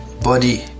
body